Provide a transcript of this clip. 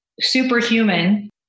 superhuman